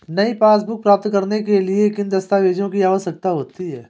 नई पासबुक प्राप्त करने के लिए किन दस्तावेज़ों की आवश्यकता होती है?